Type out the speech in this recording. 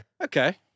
Okay